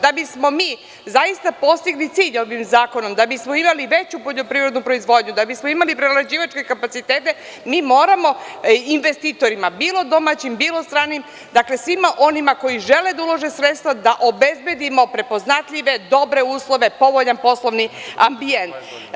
Da bismo mi postigli cilj ovim zakonom, da bismo imali veću poljoprivrednu proizvodnju, da bismo imali veću poljoprivrednu proizvodnju, da bismo imali prerađivačke kapacitete mi moramo investitorima bilo domaćim, bilo stranim, svima onima koji žele da ulože sredstva da obezbedimo prepoznatljive dobre uslove, povoljan poslovni ambijent.